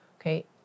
okay